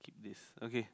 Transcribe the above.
skip this okay